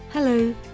Hello